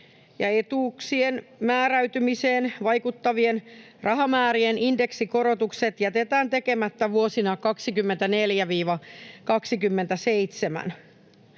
etuuksien määräytymiseen vaikuttavien rahamäärien indeksikorotukset jätetään tekemättä vuosina 24—27.